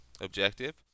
objective